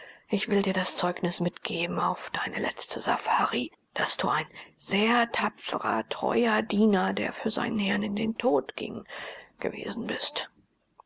ich will dir das zeugnis mitgeben auf deine letzte safari daß du ein sehr tapfrer treuer diener der für seinen herrn in den tod ging gewesen bist